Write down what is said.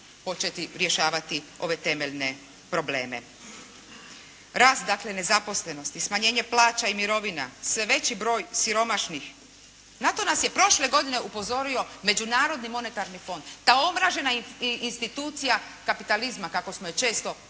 početi rješavati ove temeljne probleme. Rast dakle nezaposlenosti, smanjenje plaća i mirovina, sve veći broj siromašnih na to nas je prošle godine upozorio Međunarodni monetarni fond, ta omražena institucija kapitalizma kako smo ju često voljeli